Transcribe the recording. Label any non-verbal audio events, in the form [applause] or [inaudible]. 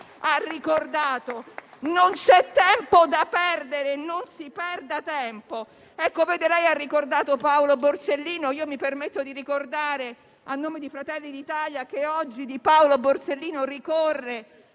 [applause] Non c'è tempo da perdere: non si perda tempo! Lei ha ricordato Paolo Borsellino e mi permetto di ricordare, a nome del Gruppo Fratelli d'Italia, che oggi di Paolo Borsellino ricorre